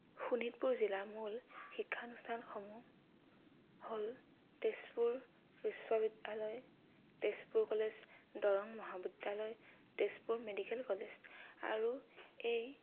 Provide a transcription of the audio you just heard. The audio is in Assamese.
শোণিতপুৰ জিলাৰ মূল শিক্ষানুষ্ঠানসমূহ হ'ল তেজপুৰ বিশ্ববিদ্যালয় তেজপুৰ কলেজ দৰং মহাবিদ্যালয় তেজপুৰ মেডিকেল কলেজ আৰু এই